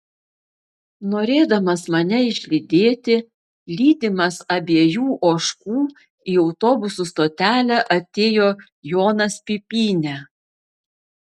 norėdamas mane išlydėti lydimas abiejų ožkų į autobusų stotelę atėjo jonas pipynė